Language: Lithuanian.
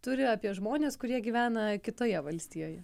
turi apie žmones kurie gyvena kitoje valstijoje